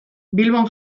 bilbon